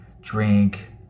drink